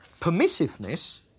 permissiveness